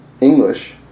English